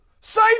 Say